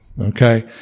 Okay